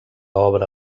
obra